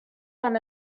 when